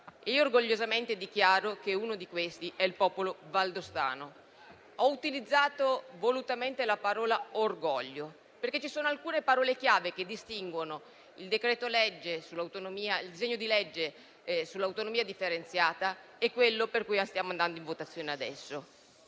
Orgogliosamente, dichiaro che uno di questi è il popolo valdostano. Ho utilizzato volutamente la parola orgoglio, perché ci sono alcune parole chiave che distinguono il disegno di legge sull'autonomia differenziata e quello che ci accingiamo a votare adesso.